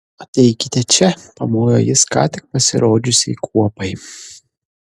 ateikite čia pamojo jis ką tik pasirodžiusiai kuopai